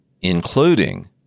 including